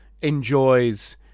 enjoys